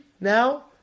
now